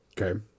Okay